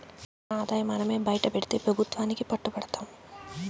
మన ఆదాయం మనమే బైటపెడితే పెబుత్వానికి పట్టు బడతాము